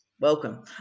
welcome